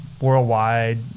worldwide